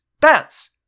Bats